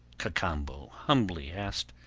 cacambo humbly asked,